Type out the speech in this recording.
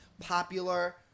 popular